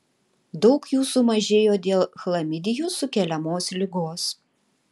daug jų sumažėjo dėl chlamidijų sukeliamos ligos